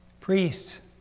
priests